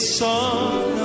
song